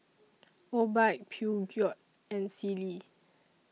Obike Peugeot and Sealy